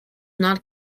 not